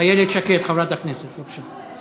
איילת שקד, חברת הכנסת, בבקשה.